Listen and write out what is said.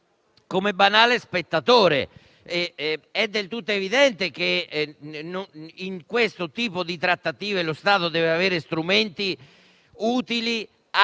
come banale spettatore: è del tutto evidente che in questo tipo di trattative deve avere strumenti utili a far